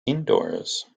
indoors